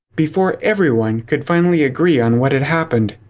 before everyone could finally agree on what had happened.